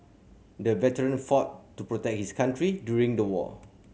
the veteran fought to protect his country during the war